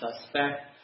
suspect